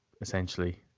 essentially